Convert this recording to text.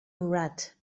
murad